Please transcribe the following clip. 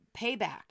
payback